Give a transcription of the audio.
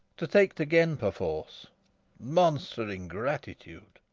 to tak't again perforce monster ingratitude!